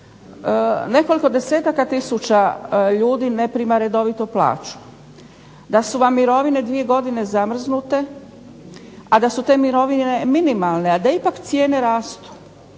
nekoliko desetaka tisuća ljudi ne prima redovito plaću, da su vam mirovine dvije godine zamrznute, a da su te mirovine minimalne, a da ipak cijene rastu,